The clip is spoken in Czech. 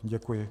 Děkuji.